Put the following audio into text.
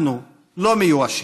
אנחנו לא מיואשים.